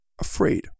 afraid